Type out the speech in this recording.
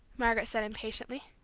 margaret said impatiently.